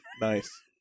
Nice